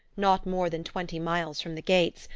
not more than twenty miles from the gates,